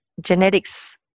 genetics